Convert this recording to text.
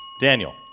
Daniel